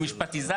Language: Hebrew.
משפטיזציה.